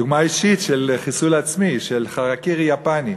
דוגמה אישית של חיסול עצמי, של חרקירי יפני.